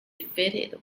fitted